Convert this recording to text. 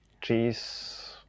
cheese